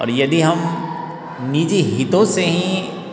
और यदि हम निजी हितों सें ही